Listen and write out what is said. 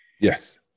Yes